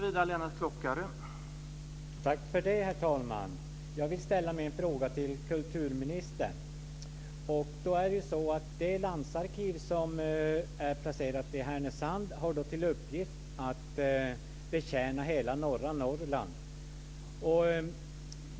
Herr talman! Jag vill ställa min fråga till kulturministern. Det landsarkiv som är placerat i Härnösand har till uppgift att betjäna hela norra Norrland.